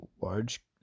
large